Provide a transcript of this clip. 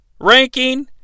ranking